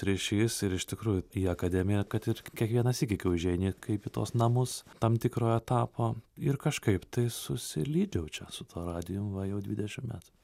ryšys ir iš tikrųjų į akademiją kad ir kiekvieną sykį kai užeini kaip į tuos namus tam tikro etapo ir kažkaip tai susilydžiau čia su tuo radijum va jau dvidešim metų